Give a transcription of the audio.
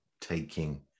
taking